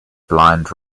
blind